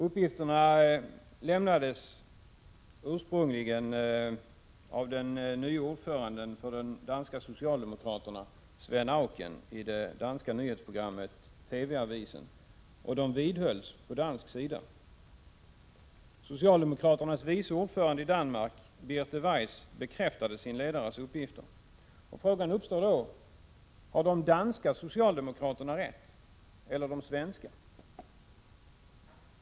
Uppgifterna lämnades ursprungligen av den nye ordföranden för de danska socialdemokraterna Svend Aukeni det danska programmet TV-avisen, och de vidhölls från dansk sida. Socialdemokraternas i Danmark vice ordförande Birte Weiss bekräftade sin ledares uppgifter. Frågan uppstår då: Har de danska socialdemokraterna rätt eller de svenska?